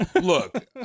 Look